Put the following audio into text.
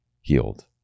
healed